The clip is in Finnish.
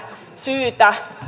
syytä